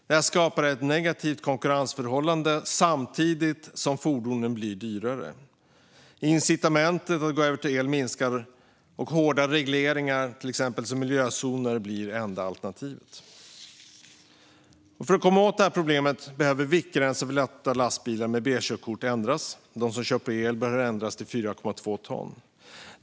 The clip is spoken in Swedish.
Det skapar ett negativt konkurrensförhållande samtidigt som fordonen blir dyrare. Incitamenten för att gå över till el minskar, och hårda regleringar, exempelvis miljözoner, blir det enda alternativet. För att komma åt det problemet behöver viktgränsen för att köra lätta lastbilar med B-körkort ändras till 4,2 ton för dem som kör på el.